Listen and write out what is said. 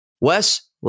Wes